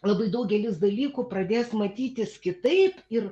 labai daugelis dalykų pradės matytis kitaip ir